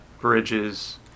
bridges